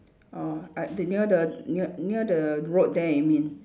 uh uh near the near near the road there you mean